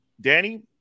Danny